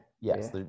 Yes